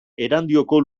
erandioko